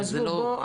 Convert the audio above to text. עזבו, בואו.